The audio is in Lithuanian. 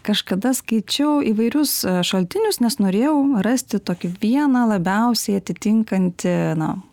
kažkada skaičiau įvairius šaltinius nes norėjau rasti tokį vieną labiausiai atitinkantį na